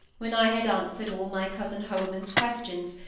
when i had answered all my cousin holman's questions,